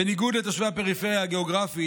בניגוד לתושבי הפריפריה הגיאוגרפית,